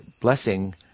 blessing